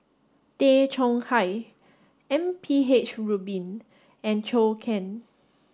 Tay Chong Hai M P H Rubin and Zhou Can